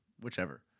Whichever